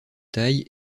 taille